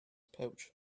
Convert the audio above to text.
pouch